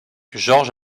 george